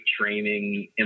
training